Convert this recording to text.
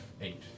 eight